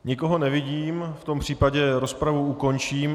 Nikoho nevidím, v tom případě rozpravu ukončím.